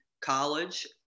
college